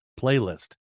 playlist